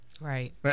right